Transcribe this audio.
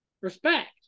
respect